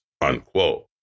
unquote